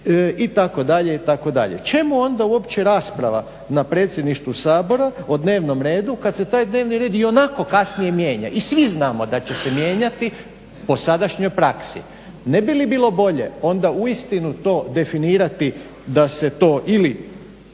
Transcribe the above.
na samoj sjednici itd. Čemu onda uopće rasprava na Predsjedništvu Sabora o dnevnom redu kad se taj dnevni red ionako kasnije mijenja i svi znamo da će se mijenjati po sadašnjoj praksi. Ne bi li bilo bolje onda uistinu to definirati da se to ili